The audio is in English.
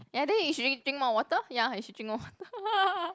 ya then you should drin~ drink more water ya you should drink more water